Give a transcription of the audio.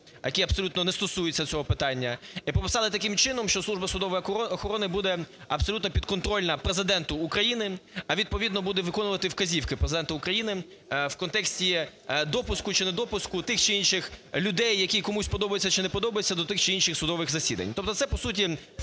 який абсолютно не стосується цього питання, і прописали таким чином, що Служба судової охорони буде абсолютно підконтрольна Президенту України, а відповідно – буде виконувати вказівки Президента України в контексті допуску чи недопуску тих чи інших людей, які комусь подобаються чи не подобаються до тих чи інших судових засідань, тобто це, по суті, вплив